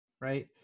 Right